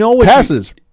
Passes